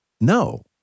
no